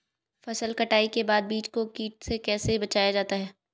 फसल कटाई के बाद बीज को कीट से कैसे बचाया जाता है?